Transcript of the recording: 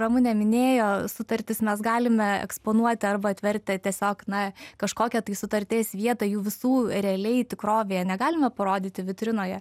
ramunė minėjo sutartis mes galime eksponuoti arba atvertę tiesiog na kažkokią tai sutarties vietą jų visų realiai tikrovėje negalima parodyti vitrinoje